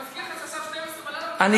אני מזכיר לך שעכשיו 12 בלילה, ואתה בקואליציה.